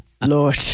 Lord